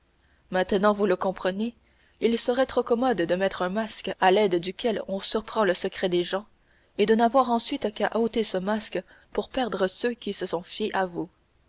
maintenant vous le comprenez il serait trop commode de mettre un masque à l'aide duquel on surprend le secret des gens et de n'avoir ensuite qu'à ôter ce masque pour perdre ceux qui se sont fiés à vous